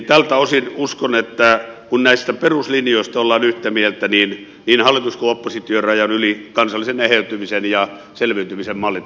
tältä osin uskon että kun näistä peruslinjoista ollaan yhtä mieltä niin hallitus kuin oppositiorajan yli kansallisen eheytymisen ja selviytymisen mallit löytyvät